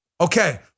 Okay